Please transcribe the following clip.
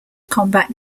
combat